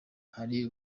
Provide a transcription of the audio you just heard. hari